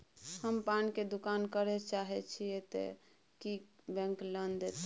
हम पान के दुकान करे चाहे छिये ते की बैंक लोन देतै?